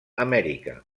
amèrica